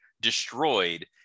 destroyed